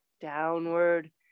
Downward